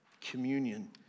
Communion